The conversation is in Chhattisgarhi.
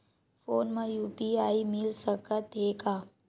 फोन मा यू.पी.आई मिल सकत हे का?